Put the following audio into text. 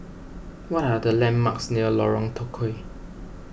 what are the landmarks near Lorong Tukol